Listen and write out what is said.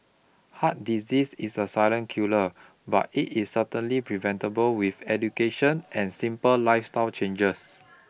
heart disease is a silent killer but it is certainly preventable with education and simple lifestyle changes